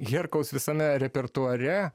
herkaus visame repertuare